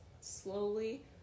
slowly